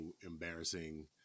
embarrassing